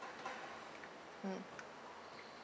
mm